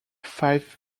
five